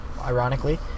ironically